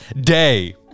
day